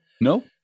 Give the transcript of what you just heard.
no